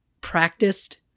practiced